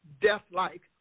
death-like